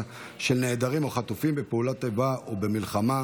של נעדרים או חטופים בפעולת איבה או במלחמה,